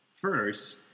First